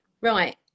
right